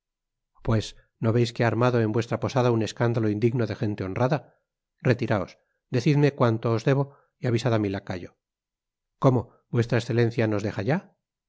pues no veis que ha armado en vuestra posada un escándalo indigno de gente honrada retiraos decidme cuando os debo y avisad á mi lacayo cómo v e nos deja ya